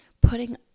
putting